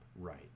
right